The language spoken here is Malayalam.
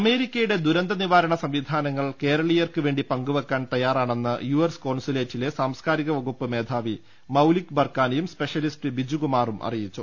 അമേരിക്കയുടെ ദുരന്ത നിവാരണ സംവിധാ നങ്ങൾ കേരളീയർക്ക് വേണ്ടി പങ്കുവെക്കാൻ തയ്യാറാണെന്ന് യുഎസ് കോൺസുലേറ്റിലെ സാംസ്കാരിക വകുപ്പ് മേധാവി മൌലിക് ബർക്കാനയും സ്പെഷ്യലിസ്റ്റ് ബിജുകുമാറും അറിയിച്ചു